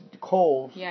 coal